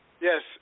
Yes